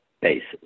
basis